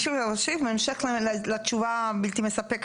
יש לי להוסיף בהמשך לתשובה הבלתי מספקת